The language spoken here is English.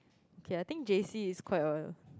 okay I think J_C is quite a